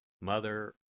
Mother